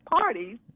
parties